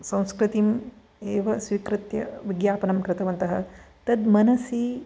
संस्कृतिम् एव स्वीकृत्य विज्ञापनं कृतवन्तः तद् मनसि